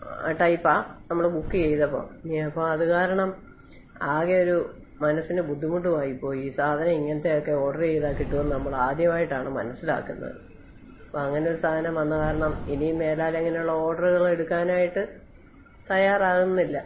ആ ടൈപ്പാണ് നമ്മൾ ബുക്ക് ചെയ്തപ്പോൾ ഇനിയപ്പോൾ അതു കാരണം ആകെ ഒരു മനസ്സിനു ബുദ്ധിമുട്ട് ആയിപ്പോയി ഈ സാധനം ഇങ്ങനത്തെയൊക്കേ ഓർഡർ ചെയ്താൽ കിട്ടുമെന്ന് നമ്മൾ ആദ്യമായിട്ടാണ് മനസ്സിലാകുന്നത് അപ്പോൾ അങ്ങനെ ഒരു സാധനം വന്ന കാരണം ഇനി മേലാൽ ഇങ്ങനെ ഉള്ള ഓർഡറുകൾ എടുക്കാനായിട്ട് തയാറാകുന്നില്ല